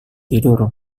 tidur